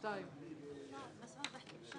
7 נמנעים,